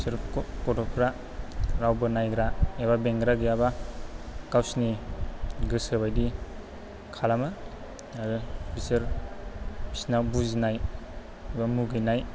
बिसोर गथ'फ्रा रावबो नायग्रा एबा बेंग्रा गैयाबा गावसिनि गोसो बादि खालामो आरो बिसोर फिसिनाव बुजिनाय एबा मुगैनाय